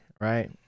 right